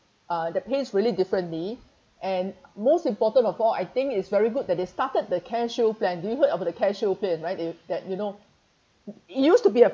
uh that pays really differently and most important of all I think it's very good that they started the careshield plan do you heard of the careshield plan right if that you know it used to be a